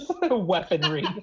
weaponry